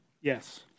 Yes